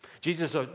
Jesus